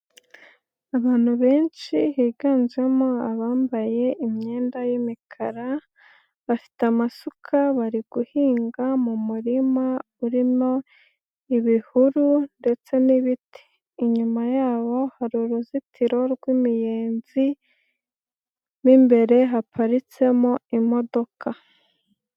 Abantu benshi higanjemo abambaye imyenda y'imikara bafite amasuka bari guhinga mu murima urimo ibihuru ndetse n'ibiti, inyuma yabo hari uruzitiro rw'imiyenzi mo imbere haparitsemo imodoka.